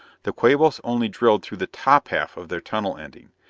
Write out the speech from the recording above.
the quabos only drilled through the top half of their tunnel ending.